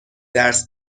درس